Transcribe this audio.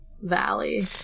valley